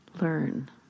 learn